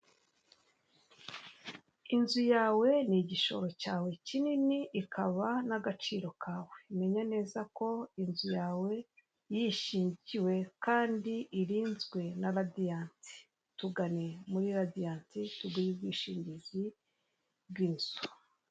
Inzu yawe ni igishoro cyawe kinini, ikaba n'agaciro kawe, menya neza ko inzu yawe yishingiwe kandi irinzwe na radiyanti, tugane muri radiyanti tuguhe ubwishingizi bw'inzu.